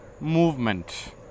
movement